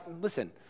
listen